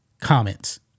Comments